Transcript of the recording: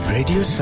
Radio